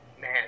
man